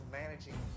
managing